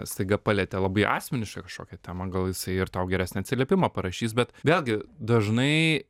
staiga palietė labai asmenišką kažkokią temą gal jisai ir tau geresnį atsiliepimą parašys bet vėlgi dažnai